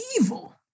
evil